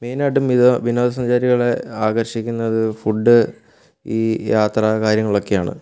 മെയിനായിട്ടും ഇത് വിനോദസഞ്ചാരികളെ ആകര്ഷിക്കുന്നത് ഫുഡ് ഈ യാത്ര കാര്യങ്ങളൊക്കെയാണ്